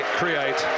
create